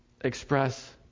express